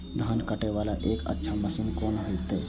धान कटे वाला एक अच्छा मशीन कोन है ते?